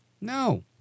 No